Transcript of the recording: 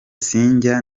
sinjya